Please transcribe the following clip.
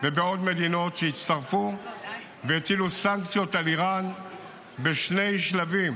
ובעוד מדינות שהצטרפו והטילו סנקציות על איראן בשני שלבים.